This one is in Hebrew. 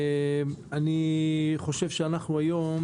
אנחנו היום,